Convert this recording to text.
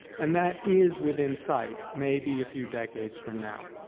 and that is within sight, maybe a few decades from now.